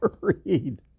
read